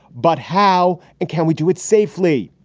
but how and can we do it safely?